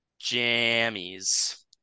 Jammies